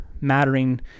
mattering